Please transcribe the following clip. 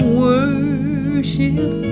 worship